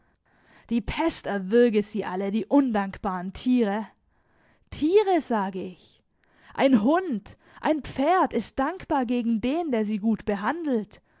die pest erwürge sie alle die undankbaren tiere tiere sage ich ein hund ein pferd ist dankbar gegen den der sie gut behandelt